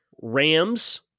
Rams